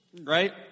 Right